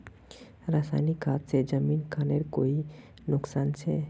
रासायनिक खाद से जमीन खानेर कोई नुकसान छे?